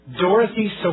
Dorothy